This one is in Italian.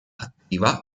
attiva